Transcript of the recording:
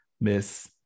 Miss